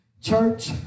church